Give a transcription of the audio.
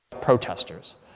protesters